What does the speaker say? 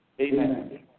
Amen